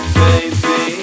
baby